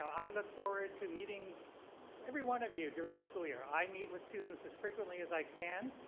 i look forward to meeting every one of you during the school year. i meet with students as frequently as i can.